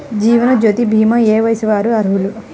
జీవనజ్యోతి భీమా ఏ వయస్సు వారు అర్హులు?